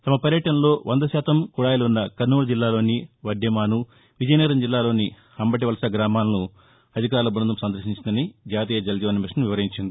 తమ పర్యటనలో వంద శాతం కుళాయిలున్న కర్నూలు జిల్లాలోని వడ్డెమాసు విజయనగరం జిల్లాలోని అంబటివలస గ్రామాలను అధికారుల బృందం సందర్శించిందని జాతీయ జల్ జీవన్ మిషన్ వివరించింది